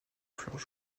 fleurs